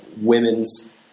women's